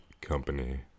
company